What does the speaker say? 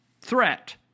threat